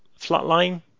flatline